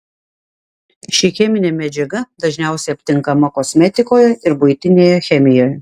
ši cheminė medžiaga dažniausiai aptinkama kosmetikoje ir buitinėje chemijoje